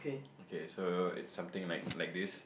okay so it's something like like this